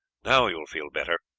now you will feel better.